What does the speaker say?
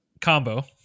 Combo